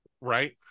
Right